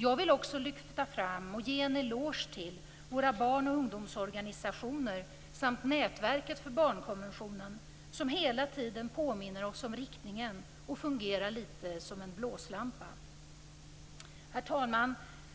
Jag vill också lyfta fram och ge en eloge till våra barn och ungdomsorganisationer samt nätverket för barnkonventionen, som hela tiden påminner oss om riktningen och fungerar lite som en blåslampa. Herr talman!